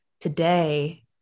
today